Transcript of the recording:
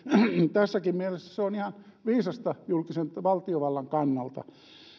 tässäkin mielessä se on ihan viisasta julkisen valtiovallan kannalta